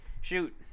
Shoot